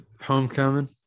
homecoming